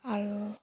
আৰু